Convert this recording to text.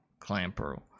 clamper